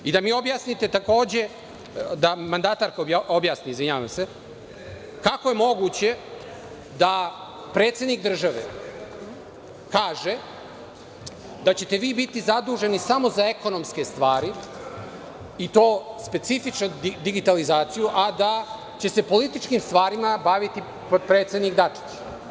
Želim da mi objasnite takođe, da mi mandatarka objasni – kako je moguće da predsednik države kaže da ćete vi biti zaduženi samo za ekonomske stvari, i to specifično digitalizaciju, a da će se političkim stvarima baviti potpredsednik Dačić?